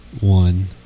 one